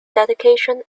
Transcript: dedication